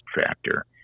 factor